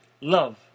love